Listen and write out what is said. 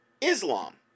Islam